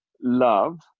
love